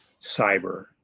cyber